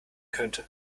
könnte